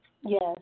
Yes